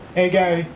hey gary,